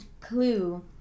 clue